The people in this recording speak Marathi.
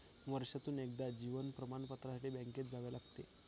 वर्षातून एकदा जीवन प्रमाणपत्रासाठी बँकेत जावे लागते